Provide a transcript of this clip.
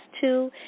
two